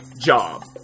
job